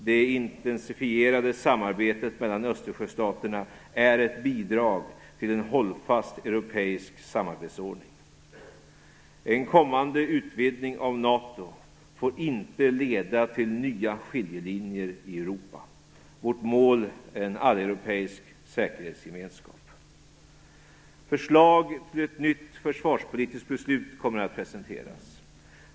Det intensifierade samarbetet mellan Östersjöstaterna är ett bidrag till en hållfast europeisk samarbetsordning. En kommande utvidgning av NATO får inte leda till nya skiljelinjer i Europa. Vårt mål är en alleuropeisk säkerhetsgemenskap. Förslag till ett nytt försvarspolitiskt beslut kommer att presenteras.